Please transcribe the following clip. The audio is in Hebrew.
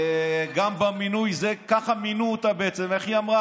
גם במינוי, ככה מינו אותה בעצם, איך היא אמרה?